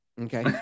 Okay